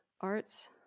Arts